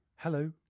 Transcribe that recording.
Hello